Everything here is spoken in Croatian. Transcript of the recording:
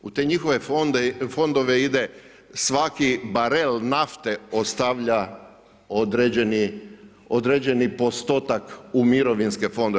U te njihove fondove ide svaki barel nafte ostavlja određeni postotak u mirovinske fondove.